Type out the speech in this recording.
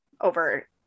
over